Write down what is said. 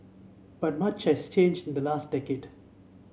but much has changed in the last decade